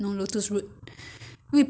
不然就要去巴刹买了